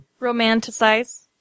Romanticize